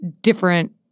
different